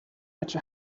much